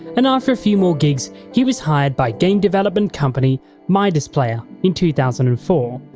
and after a few more gigs, he was hired by game development company midasplayer in two thousand and four.